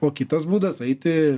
o kitas būdas eiti